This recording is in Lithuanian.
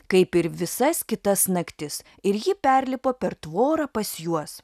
kaip ir visas kitas naktis ir ji perlipo per tvorą pas juos